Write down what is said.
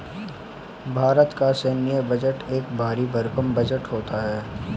भारत का सैन्य बजट एक भरी भरकम बजट होता है